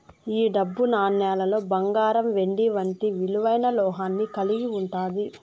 ఈ డబ్బు నాణేలులో బంగారం వెండి వంటి విలువైన లోహాన్ని కలిగి ఉంటాది